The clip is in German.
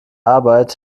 arbeit